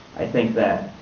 i think that